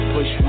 Push